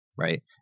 right